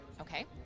Okay